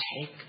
take